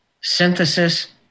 synthesis